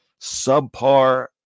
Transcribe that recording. subpar